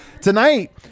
Tonight